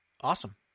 Awesome